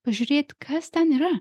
pažiūrėt kas ten yra